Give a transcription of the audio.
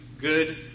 good